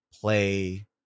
play